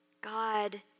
God